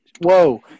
Whoa